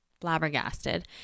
flabbergasted